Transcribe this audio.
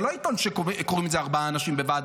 זה לא עיתון שקוראים ארבעה אנשים בוועד